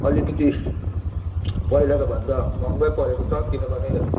अलिकति पहिलाकोभन्दा महँगै परेको छ किनभने